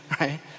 right